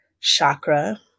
chakra